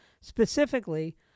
specifically